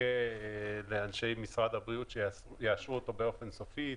מחכה לאנשי משרד הבריאות שיאשרו אותו באופן סופי.